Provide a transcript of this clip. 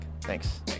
Thanks